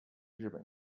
日本